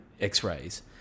x-rays